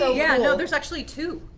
so yeah you know there's actually two.